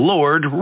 Lord